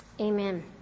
Amen